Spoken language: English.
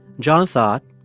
john thought,